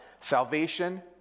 Salvation